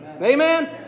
Amen